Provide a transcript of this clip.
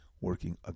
working